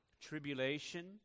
tribulation